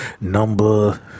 number